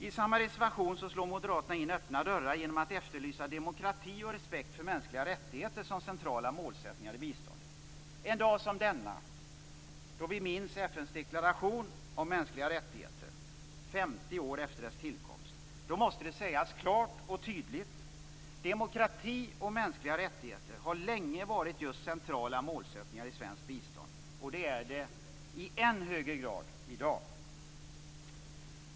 I samma reservation slår moderaterna in öppna dörrar genom att efterlysa demokrati och respekt för mänskliga rättigheter som centrala målsättningar i biståndet. En dag som denna då vi minns FN:s deklaration om mänskliga rättigheter, 50 år efter dess tillkomst, måste det sägas klart och tydligt: Demokrati och mänskliga rättigheter har länge varit just centrala målsättningar i svenskt bistånd, och så är det i än högre grad i dag.